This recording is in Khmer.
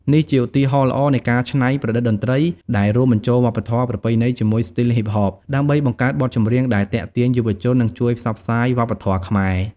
នេះជាឧទាហរណ៍ល្អនៃការច្នៃប្រឌិតតន្ត្រីដែលរួមបញ្ចូលវប្បធម៌ប្រពៃណីជាមួយស្ទីលហ៊ីបហប ដើម្បីបង្កើតបទចម្រៀងដែលទាក់ទាញយុវជន និងជួយផ្សព្វផ្សាយវប្បធម៌ខ្មែរ។